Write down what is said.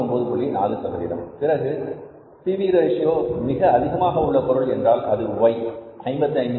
4 இதனுடையபி V ratio மிக அதிகமாக உள்ள பொருள் என்றால் அது Y 55